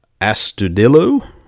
astudillo